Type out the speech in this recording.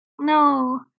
No